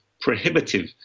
prohibitive